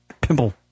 Pimple